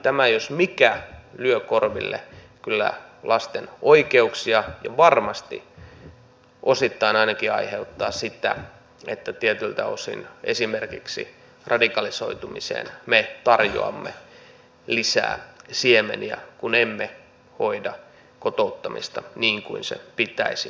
tämä jos mikä kyllä lyö korville lasten oikeuksia ja varmasti ainakin osittain aiheuttaa sitä että tietyltä osin esimerkiksi radikalisoitumiseen me tarjoamme lisää siemeniä kun emme hoida kotouttamista niin kuin se pitäisi hoitaa